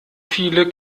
viele